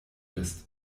ist